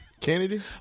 Kennedy